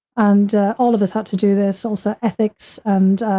and all of us had to do this, also ethics and,